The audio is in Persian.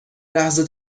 لحظه